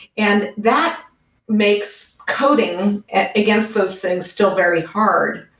and that makes coding and against those things still very hard.